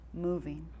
moving